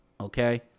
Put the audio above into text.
Okay